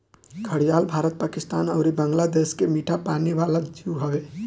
घड़ियाल भारत, पाकिस्तान अउरी बांग्लादेश के मीठा पानी वाला जीव हवे